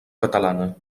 catalana